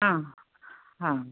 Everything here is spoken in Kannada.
ಹಾಂ ಹಾಂ